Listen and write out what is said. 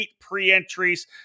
pre-entries